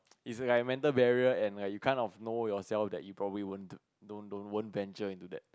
is like a mental barrier and like you kind of know yourself that you probably won't d~ don't won't venture into that